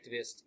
activist